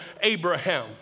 Abraham